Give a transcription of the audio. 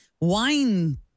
wine